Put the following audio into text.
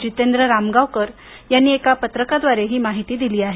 जितेंद्र रामगावकर यांनी एका पत्रकाद्वारे ही माहिती दिली आहे